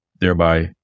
thereby